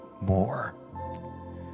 more